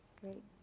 Great